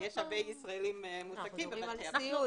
יש הרבה ישראלים מועסקים בבתי אבות.